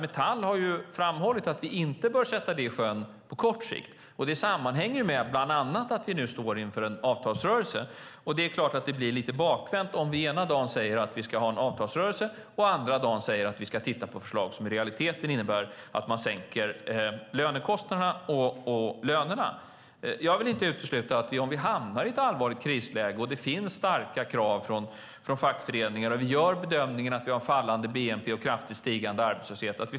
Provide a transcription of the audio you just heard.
Metall har dock framhållit att vi inte bör sätta det i sjön på kort sikt, och det sammanhänger bland annat med att vi står inför en avtalsrörelse. Det blir lite bakvänt om vi ena dagen säger att vi ska ha en avtalsrörelse och andra dagen säger att vi ska titta på förslag som i realiteten innebär att man sänker lönekostnaderna och lönerna. Jag vill inte utesluta att vi får gå till korttidsarbete om vi hamnar i ett allvarligt krisläge och det finns starka krav från fackföreningar och vi gör bedömningen att vi har fallande bnp och kraftigt stigande arbetslöshet.